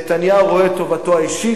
נתניהו רואה את טובתו האישית,